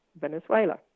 Venezuela